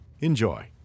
Enjoy